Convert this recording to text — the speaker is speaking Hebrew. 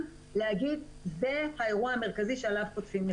להגיד שזה האירוע המרכזי שעליו חוטפים נקודות.